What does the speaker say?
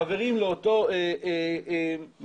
חברים לאותו מילייה,